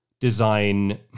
design